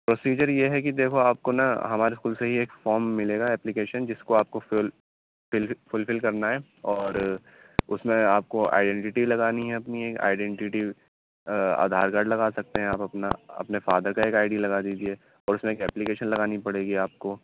procedure یہ ہے کہ دیکھو آپ کو نا ہمارے اسکول سے ایک فام ملے گا اپلیکیشن جس کو آپ کو فل فل فلفل کرنا ہے اور اُس میں آپ کو آئیڈنٹیٹی لگانی ہے اپنی ایک ایڈنٹیٹی آدھار کارڈ لگا سکتے ہیں آپ اپنا اپنے فادر کا ایک آئی ڈی لگا دیجیے اور اُس میں ایک اپلیکیشن لگانی پڑے گی آپ کو